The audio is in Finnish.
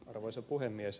arvoisa puhemies